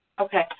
Okay